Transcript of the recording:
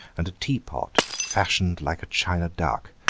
and a teapot fashioned like a china duck,